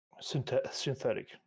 synthetic